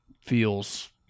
feels